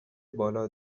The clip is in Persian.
بالا